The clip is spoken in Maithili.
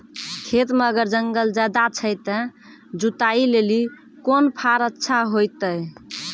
खेत मे अगर जंगल ज्यादा छै ते जुताई लेली कोंन फार अच्छा होइतै?